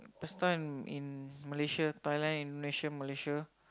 Pesta in in Malaysia Thailand Indonesia Malaysia